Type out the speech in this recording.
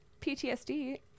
PTSD